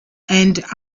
and